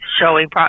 showing